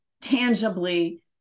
tangibly